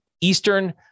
Eastern